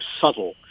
subtle